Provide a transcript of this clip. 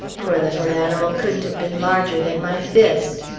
poor little animal couldn't have been larger than my fist.